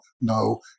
no